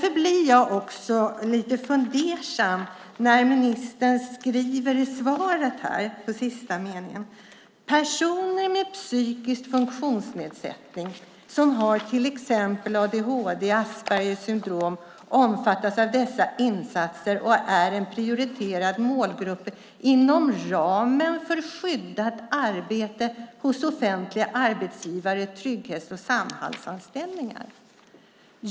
Jag blir därför lite fundersam över det som ministern skriver i slutet av svaret: "Personer med psykisk funktionsnedsättning som har till exempel adhd och Aspergers syndrom omfattas av dessa insatser och är en prioriterad målgrupp inom ramen för skyddat arbete hos offentliga arbetsgivare, trygghets och Samhallsanställningar."